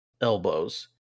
elbows